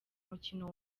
mukino